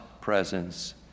presence